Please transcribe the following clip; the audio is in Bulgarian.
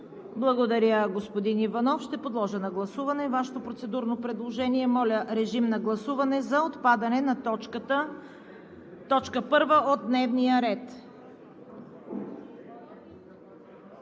Благодаря, господин Иванов. Ще подложа на гласуване Вашето процедурно предложение. Моля, режим на гласуване за отпадане на точка втора от дневния ред.